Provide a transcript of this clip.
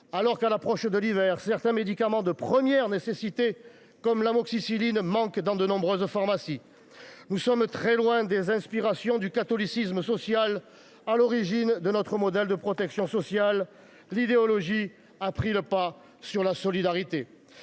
alors qu’à l’approche de l’hiver certains médicaments de première nécessité, comme l’amoxicilline, manquent dans de nombreuses pharmacies. Nous sommes très loin des inspirations du catholicisme social à l’origine de notre modèle de protection sociale. L’idéologie a pris le pas sur la solidarité